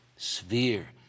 sphere